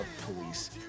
police